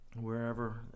wherever